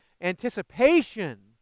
anticipation